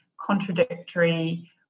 contradictory